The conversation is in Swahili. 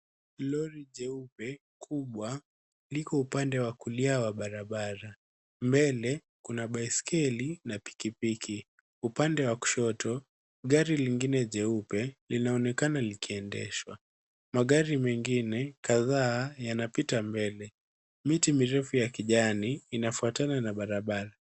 Lori jeupe kubwa liko upande wa kulia wa barabara. Mbele kuna baiskeli na pikipiki. Upande wa kushoto, gari lingine jeupe linaonekana likiendeshwa. Magari mengine kadhaa yanapita mbele. Miti mirefu ya kijani inafuatana na barabara.